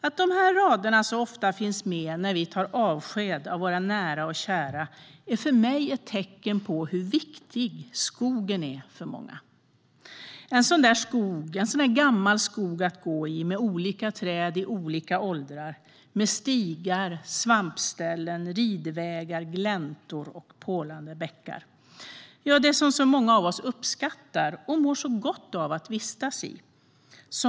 Att de raderna ofta finns med när vi tar avsked av våra nära och kära är för mig ett tecken på hur viktig skogen är för många. Det är en sådan där gammal skog att gå i, med olika träd i olika åldrar och med stigar, svampställen, ridvägar, gläntor och porlande bäckar. Ja, det är den som många av oss uppskattar och mår så gott av att vistas i.